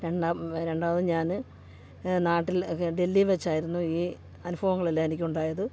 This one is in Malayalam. രണ്ടാമതും ഞാൻ നാട്ടിൽ ഡെല്ലി വെച്ചായിരുന്നു ഈ അനുഭവങ്ങളെല്ലാം എനിക്കുണ്ടായത്